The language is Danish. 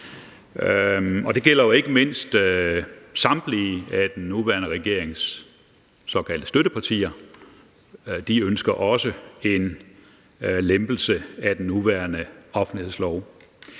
Det gælder ikke mindst samtlige af den nuværende regerings såkaldte støttepartier, for de ønsker også en lempelse af den nuværende offentlighedslov.